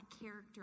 character